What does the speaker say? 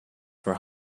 for